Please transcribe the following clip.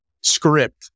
script